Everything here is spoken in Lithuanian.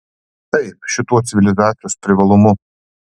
taip šituo civilizacijos privalumu